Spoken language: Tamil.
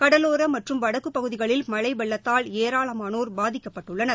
கடலோர மற்றும் வடக்கு பகுதிகளில் மழை வெள்ளத்தால் ஏராளமானோர் பாதிக்கப்பட்டுள்ளனர்